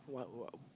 what what